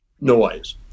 noise